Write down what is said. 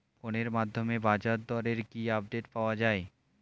ফোনের মাধ্যমে বাজারদরের কি আপডেট পাওয়া যায়?